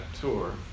tour